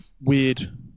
weird